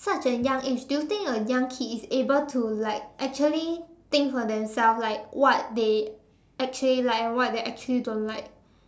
such a young age do you think a young kid is able to like actually think for themselves like what they actually like and what they actually don't like